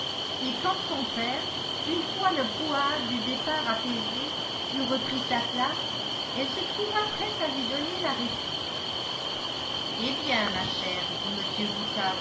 et quand son père une fois le brouhaha du départ apaisé eut repris sa place elle se trouva prête à lui donner la réplique eh bien ma chère dit